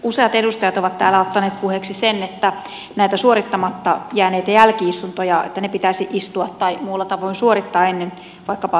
useat edustajat ovat täällä ottaneet puheeksi sen että nämä suorittamatta jääneet jälki istunnot pitäisi istua tai muulla tavoin suorittaa ennen vaikkapa päästötodistuksen saamista